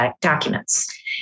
documents